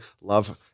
Love